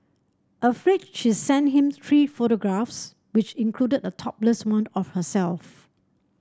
afraid she sent him three photographs which included a topless one of herself